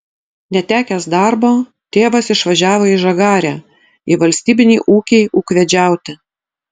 netekęs darbo tėvas išvažiavo į žagarę į valstybinį ūkį ūkvedžiauti